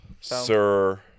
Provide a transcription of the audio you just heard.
Sir